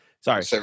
Sorry